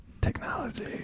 technology